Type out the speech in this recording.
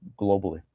globally